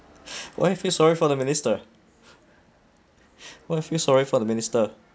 why you feel sorry for the minister why you feel sorry for the minister